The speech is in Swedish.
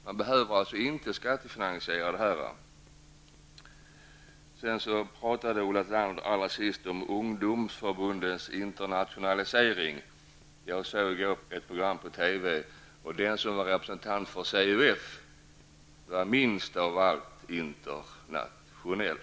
Det här projektet behöver inte skattefinansieras. Ulla Tillander talade om ungdomsförbundens internationalisering. Jag såg i går ett program på TV. Den som var representant för CUF var minst av allt internationell.